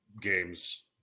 games